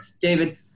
David